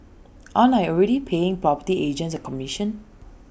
aren't I already paying property agents A commission